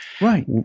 Right